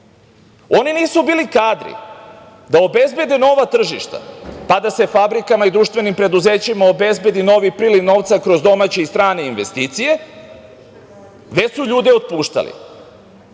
23%.Oni nisu bili kadri da obezbede nova tržišta, pa da se fabrikama i društvenim preduzećima obezbedi novi priliv novca kroz domaće i strane investicije, već su ljude otpuštali.